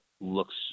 looks